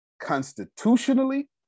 constitutionally